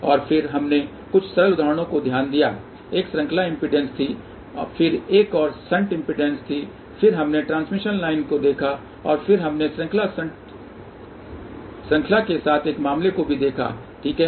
और फिर हमने कुछ सरल उदाहरणों पर ध्यान दिया एक श्रृंखला इम्पीडेन्स थी फिर एक और एक शंट इम्पीडेन्स थी फिर हमने ट्रांसमिशन लाइन को देखा और फिर हमने श्रृंखला शंट श्रृंखला के साथ एक मामले को भी देखा ठीक है